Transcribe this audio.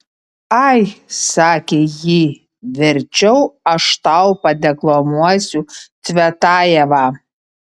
ai sakė ji verčiau aš tau padeklamuosiu cvetajevą